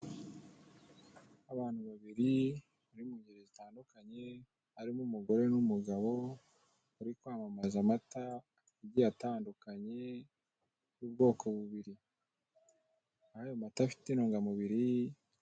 Abantu babiri bari mungeri zitandukanye harimo umugore numugabo bari kwamamaza amata agiye atandukanye y'ubwoko bubiri, aho ayo mata afite intungamubiri.